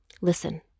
Listen